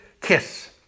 kiss